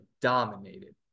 dominated